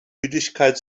müdigkeit